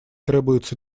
требуется